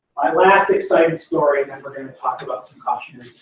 my last exciting story, then we're gonna talk about some cautionary